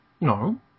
No